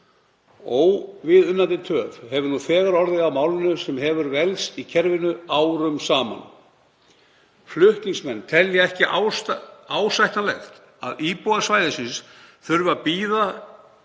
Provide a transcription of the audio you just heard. Óviðunandi töf hefur nú þegar orðið á málinu sem hefur velkst í kerfinu árum saman. Flutningsmenn telja ekki ásættanlegt að íbúar svæðisins þurfi að